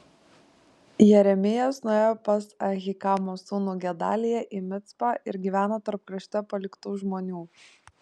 jeremijas nuėjo pas ahikamo sūnų gedaliją į micpą ir gyveno tarp krašte paliktų žmonių